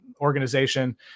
organization